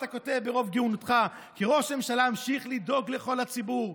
אתה כותב ברוב גאונותך: כראש ממשלה אמשיך לדאוג לכל הציבור.